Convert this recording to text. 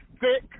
thick